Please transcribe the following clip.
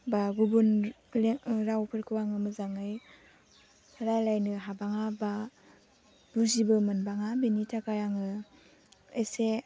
बा गुबुन रावफोरखौ आङो मोजाङै रायलायनो हाबाङा बा बुजिबो मोनबाङा बेनि थाखाय आङो एसे